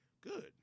Good